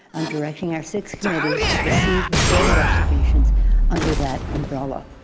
i'm directing our six committees to proceed with their investigations under that umbrella.